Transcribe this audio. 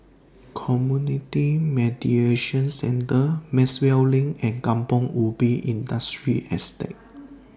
Community Mediation Centre Maxwell LINK and Kampong Ubi Industrial Estate